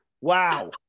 wow